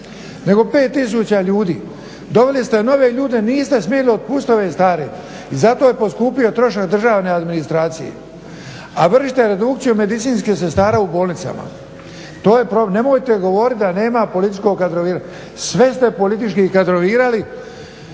nego pet tisuća ljudi. Doveli ste nove ljude, niste smjeli otpustiti ove stare i zato je poskupio trošak državne administracije, a vršite redukciju medicinskih sestara u bolnicama. Nemojte govoriti da nema političkog kadroviranja, sve ste politički kadrovirali.